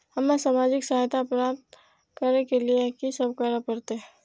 हमरा सामाजिक सहायता प्राप्त करय के लिए की सब करे परतै?